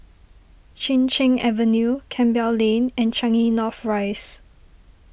Chin Cheng Avenue Campbell Lane and Changi North Rise